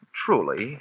truly